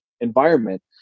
environment